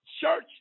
church